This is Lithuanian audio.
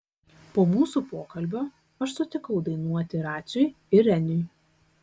po mūsų pokalbio aš sutikau dainuoti raciui ir reniui